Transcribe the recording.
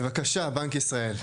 בבקשה, בנק ישראל.